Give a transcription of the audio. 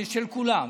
של כולם,